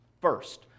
First